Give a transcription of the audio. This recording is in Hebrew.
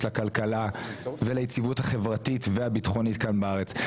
לכלכלה וליציבות החברתית והביטחונית כאן בארץ.